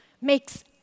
makes